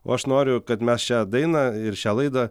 o aš noriu kad mes šią dainą ir šią laidą